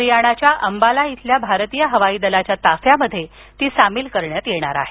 हरियाणाच्या अंबाला इथल्या भारतीय हवाई दलाच्या ताफ्यात ती सामील करण्यात येणार आहेत